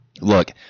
Look